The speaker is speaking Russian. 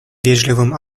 вежливым